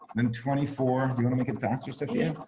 then twenty four. you're gonna make it fastest again.